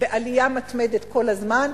בעלייה מתמדת כל הזמן,